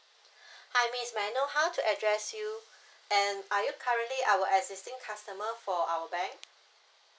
hi miss may I know how to address you and are you currently our existing customer for our bank